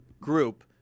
group